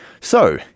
So